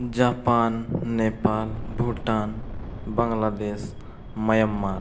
Japan Nepal Bhutan Bangladesh Myanmar